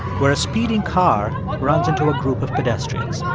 where a speeding car runs into a group of pedestrians.